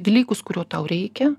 tai dalykus kurių tau reikia